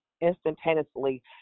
instantaneously